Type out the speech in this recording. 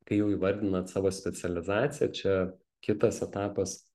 kai jau įvardinat savo specializaciją čia kitas etapas